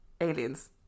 Aliens